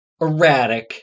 erratic